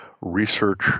research